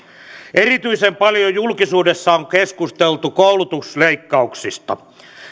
erityisen paljon julkisuudessa on keskusteltu koulutusleikkauksista